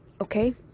Okay